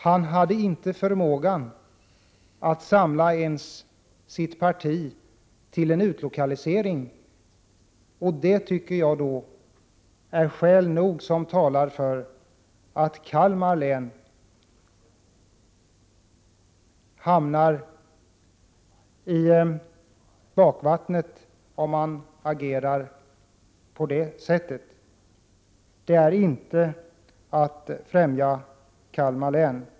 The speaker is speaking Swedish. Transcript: Han hade inte förmåga att ens samla sitt parti bakom förslaget om utlokalisering. Jag tycker att det finns skäl nog att säga att Kalmar län hamnar i bakvattnet, om man agerar på detta sätt. Det är inte att främja Kalmar län.